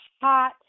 hot